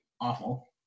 awful